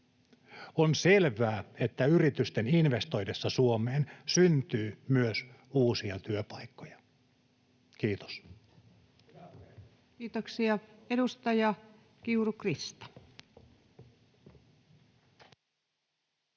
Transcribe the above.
On selvää, että yritysten investoidessa Suomeen syntyy myös uusia työpaikkoja. — Kiitos. [Kokoomuksen ryhmästä: Hyvä